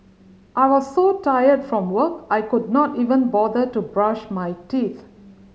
I was so tired from work I could not even bother to brush my teeth